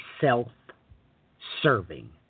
self-serving